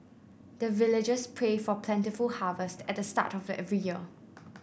the villagers pray for plentiful harvest at the start of every year